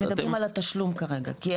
אנחנו מדברים על התשלום כרגע.